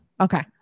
okay